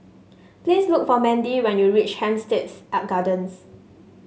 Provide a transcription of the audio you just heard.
please look for Mandie when you reach Hampstead Gardens